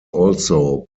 also